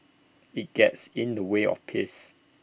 IT gets in the way of peace